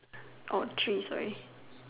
oh three sorry